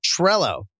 Trello